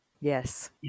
Yes